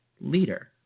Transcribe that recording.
leader